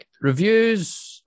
Reviews